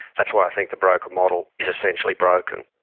that's why i think the broker model is essentially broken.